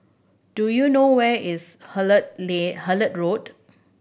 do you know where is Hullet Road